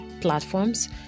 platforms